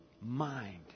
mind